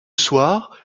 soir